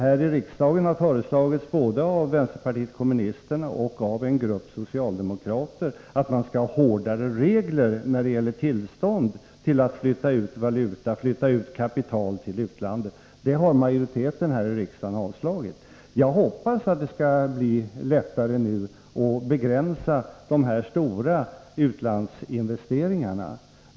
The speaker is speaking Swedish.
Här i riksdagen har föreslagits både av vänsterpartiet kommunisterna och av en grupp socialdemokrater att vi skall ha hårdare regler när det gäller tillstånd att flytta ut kapital till utlandet. Det har majoriteten här i riksdagen avslagit. Jag hoppas att det nu skall bli lättare att begränsa de stora utlandsinvesteringarna.